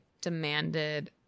demanded